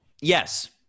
Yes